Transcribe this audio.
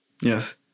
Yes